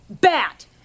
bat